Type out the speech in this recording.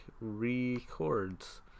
Records